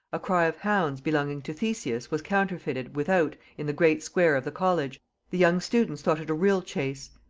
a cry of hounds belonging to theseus was counterfeited without in the great square of the college the young students thought it a real chase,